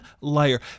liar